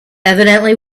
evidently